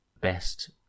best